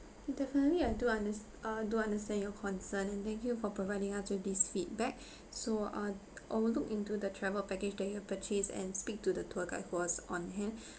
definitely I do unders~ uh do understand your concern and thank you for providing us with this feedback so uh I will look into the travel package that you've purchased and speak to the tour guide who was on hand